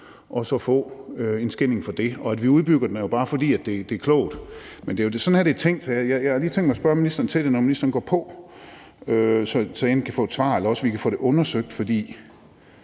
og så få en skilling for det. At vi udbygger ordningen, skyldes jo bare, at det er klogt. Men det er jo sådan her, det er tænkt. Så jeg har lige tænkt at spørge ministeren til det, når ministeren går på, så jeg enten kan få et svar eller vi kan få det undersøgt, for